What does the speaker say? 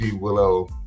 Willow